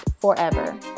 forever